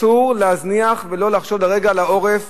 אסור להזניח ולא לחשוב לרגע על העורף.